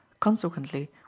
Consequently